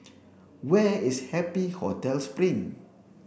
Where is Happy Hotel Spring